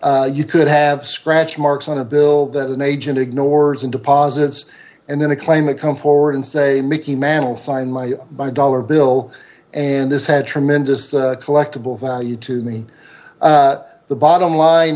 valuable you could have scratch marks on a bill that an agent ignores and deposits and then a claim and come forward and say mickey mantle signed my by a dollar bill and this had tremendous collectible value to me the bottom line